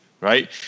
right